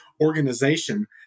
organization